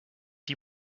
die